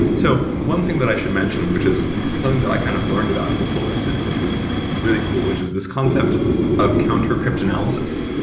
so one thing that i should mention which is something that i have kind of learned about in this whole incident, which was really cool, which is this concept of counter-crypt analysis.